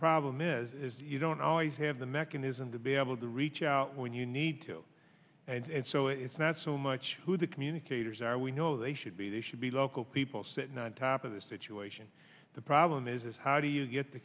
problem is you don't always have the mechanism to be able to reach out when you need to and so it's not so much who the communicators are we know they should be they should be local people sitting on top of the situation the problem is how do you get the